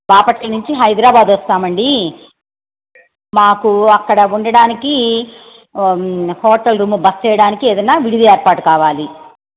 బాపట్ల నుంచి హైదరాబాద్ వస్తామండి మాకు అక్కడ ఉండడానికి హోటల్ రూమ్ బస చెయ్యడానికి ఏదన్నా విడిది ఏర్పాటు కావాలి